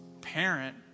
parent